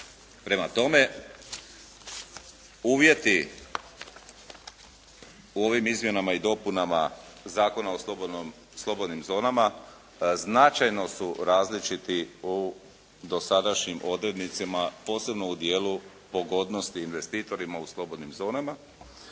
Prema tome, uvjeti u ovim izmjenama i dopunama Zakona o slobodnim zonama značajno su različiti u dosadašnjim odrednicama, posebno u dijelu pogodnosti investitorima u slobodnim zonama.